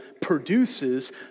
produces